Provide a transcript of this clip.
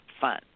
fun